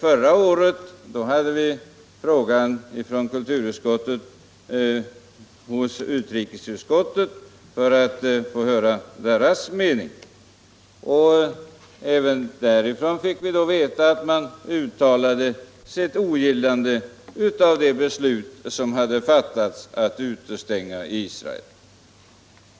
Förra året lät kulturutskottet frågan också gå till utrikesutskottet för att få höra dess mening. Vi fick då veta att man även därifrån uttalade sitt ogillande av det beslut som hade fattats — att utestänga Israel.